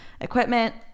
equipment